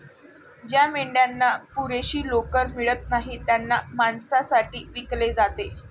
ज्या मेंढ्यांना पुरेशी लोकर मिळत नाही त्यांना मांसासाठी विकले जाते